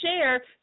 share